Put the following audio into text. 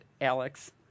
Alex